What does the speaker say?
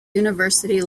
university